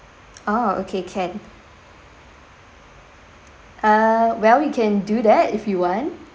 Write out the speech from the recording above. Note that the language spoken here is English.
oh okay can err well you can do that if you want